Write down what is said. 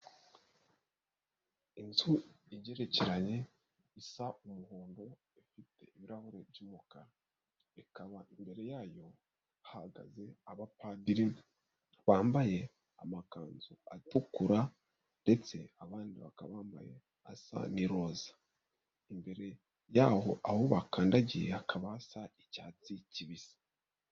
Inzu igerekeranye isa umuhondo ifite ibirahuri by'umukara. Ikaba imbere yayo hagaze abapadiri bambaye amakanzu atukura ndetse abandi bakabambaye asa n'iroza. Imbere y'aho aho bakandagiye hakaba hasa icyatsi kibisi.